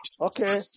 Okay